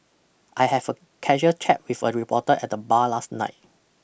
I have a casual chat with a reporter at the bar last night